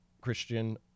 Christian